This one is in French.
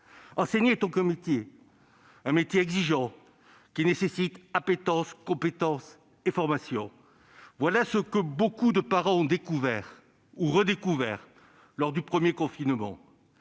Enseigner est un métier exigeant qui nécessite appétence, compétences et formation. Voilà ce que de nombreux parents ont découvert, ou redécouvert, lors du premier confinement.